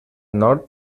nord